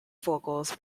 vocals